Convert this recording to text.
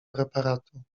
preparatu